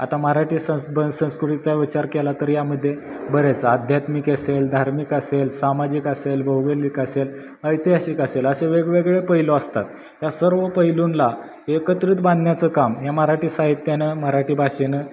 आता मराठी संस् ब संस्कृतीचा विचार केला तर यामध्ये बरेच आध्यात्मिक असेल धार्मिक असेल सामाजिक असेल भौगोलिक असेल ऐतिहासिक असेल असे वेगवेगळे पैलू असतात या सर्व पैलूंना एकत्रित बांधण्याचं काम या मराठी साहित्यानं मराठी भाषेनं